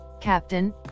captain